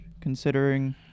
considering